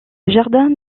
jardin